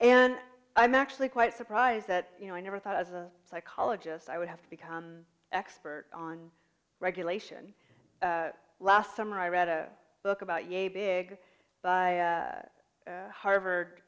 and i'm actually quite surprised that you know i never thought as a psychologist i would have to become expert on regulation last summer i read a book about you a big by harvard